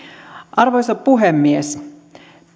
arvoisa puhemies